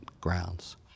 grounds